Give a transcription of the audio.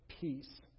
peace